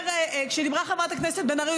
כשדיברה חברת הכנסת בן ארי,